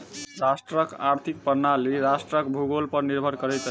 राष्ट्रक आर्थिक प्रणाली राष्ट्रक भूगोल पर निर्भर करैत अछि